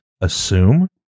assume